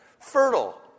Fertile